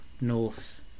north